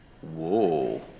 Whoa